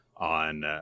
on